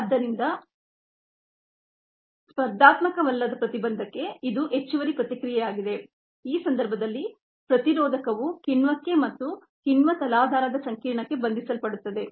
ಆದ್ದರಿಂದ ಸ್ಪರ್ಧಾತ್ಮಕವಲ್ಲದ ಪ್ರತಿಬಂಧಕ್ಕೆ ಇದು ಹೆಚ್ಚುವರಿ ಪ್ರತಿಕ್ರಿಯೆಯಾಗಿದೆ ಈ ಸಂದರ್ಭದಲ್ಲಿ ಪ್ರತಿರೋಧಕವು ಕಿಣ್ವಕ್ಕೆ ಮತ್ತು ಕಿಣ್ವ ತಲಾಧಾರದ ಸಂಕೀರ್ಣಕ್ಕೆ ಬಂಧಿಸಲ್ಪಡುತ್ತದೆ